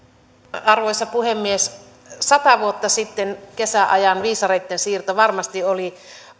arvoisa puhemies sata vuotta sitten kesäajan viisareitten siirto varmasti oli